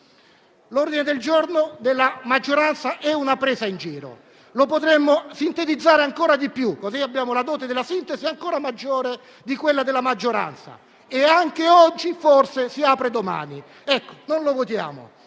L'ordine del giorno della maggioranza è una presa in giro; lo potremmo sintetizzare ancora di più, così abbiamo una dote di sintesi ancora maggiore di quella della maggioranza: e anche oggi, forse, si apre domani. Ecco, noi non lo votiamo.